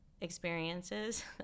experiences